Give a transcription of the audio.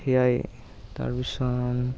সেয়াই তাৰপিছত